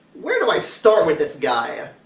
where do i start with this guy?